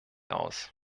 aus